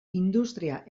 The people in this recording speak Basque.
industria